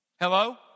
Hello